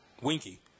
Winky